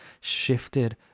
shifted